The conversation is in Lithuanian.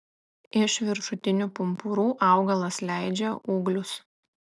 iš viršutinių pumpurų augalas leidžia ūglius